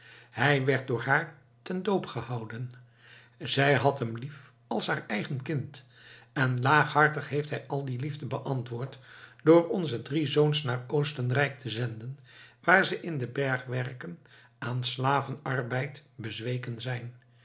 hij werd door haar ten doop gehouden zij had hem lief als haar eigen kind en laaghartig heeft hij al die liefde beantwoord door onze drie zoons naar oostenrijk te zenden waar ze in de bergwerken aan slaven arbeid bezweken zijn